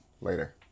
Later